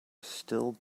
still